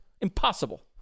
Impossible